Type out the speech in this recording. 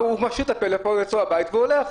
הוא משאיר את הפלאפון אצלו בבית והולך,